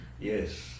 Yes